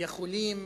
יכולים